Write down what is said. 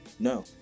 No